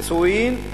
סויוין,